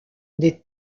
des